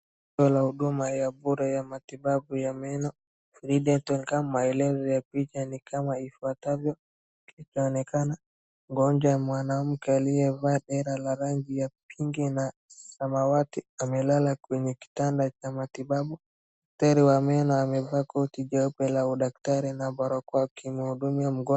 Huduma ya bure ya matibabu ya meno. Free dental camp . Maelezo ya picha ni kama ifuatavyo: Picha inaonekana mgonjwa mwanamke aliyevaa dera la rangi ya pinki na samawati amelala kwenye kitanda cha matibabu. Daktari wa meno amevaa koti jeupe la udaktari na barakoa akimhudumia mgonjwa.